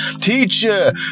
teacher